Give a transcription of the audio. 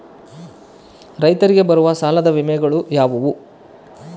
ರೈತರಿಗೆ ಬರುವ ಸಾಲದ ವಿಮೆಗಳು ಯಾವುವು?